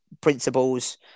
principles